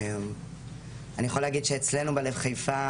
אני יכול להגיד שאצלנו בלב חיפה,